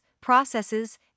processes